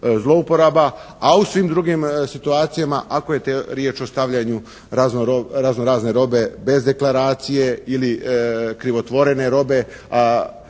zlouporaba, a u svim drugim situacijama ako je riječ o stavljanju razno razne robe bez deklaracije ili krivotvorene robe.